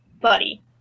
Buddy